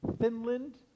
Finland